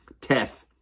Teth